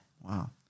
Wow